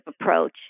approach